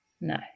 No